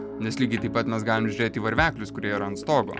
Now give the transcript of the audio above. nes lygiai taip pat mes galim žiūrėt į varveklius kurie yra ant stogo